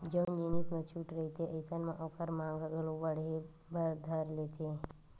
जउन जिनिस म छूट रहिथे अइसन म ओखर मांग ह घलो बड़हे बर धर लेथे